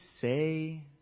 say